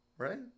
right